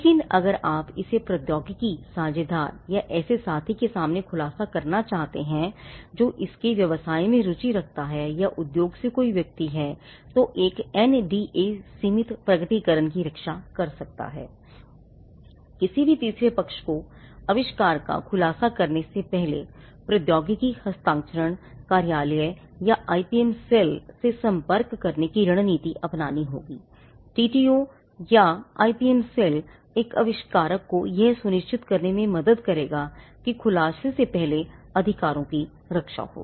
लेकिन अगर आप इसे प्रौद्योगिकी साझेदार या ऐसे साथी के सामने खुलासा करना चाहते हैं जो इससे व्यवसाय करने में रुचि रखता है या उद्योग से कोई व्यक्ति है तो एक एनडीए एक आविष्कारक को यह सुनिश्चित करने में मदद करेगा कि खुलासे से पहले अधिकारों की सुरक्षा हो